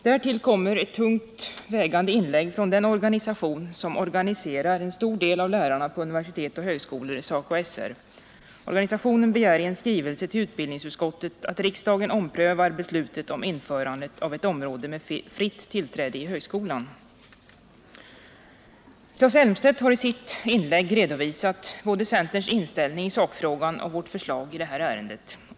Därtill kommer ett tungt vägande inlägg från den organisation som organiserar en stor del av lärarna på universitet och högskolor, nämligen SACO/SR. Organisationen begär i en skrivelse till utbildningsutskottet att riksdagen omprövar beslutet om införandet av ett område med fritt tillträde i högskolan. Claes Elmstedt har i sitt inlägg redovisat både centerns inställning i sakfrågan och vårt förslag i detta ärende.